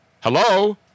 Hello